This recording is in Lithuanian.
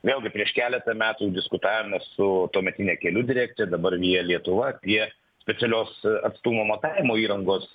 vėlgi prieš keletą metų diskutavome su tuometine kelių direkcija dabar via lietuva apie specialios atstumo matavimo įrangos